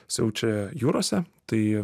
siaučia jūrose tai